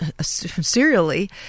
serially